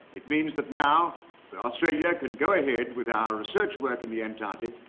it means that now australia can go ahead with our research work in the antarctic,